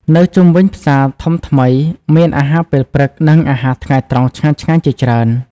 នៅជុំវិញផ្សារធំថ្មីមានអាហារពេលព្រឹក និងអាហារថ្ងៃត្រង់ឆ្ងាញ់ៗជាច្រើន ។